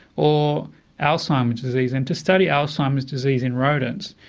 or alzheimer's disease, and to study alzheimer's disease in rodents,